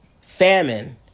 Famine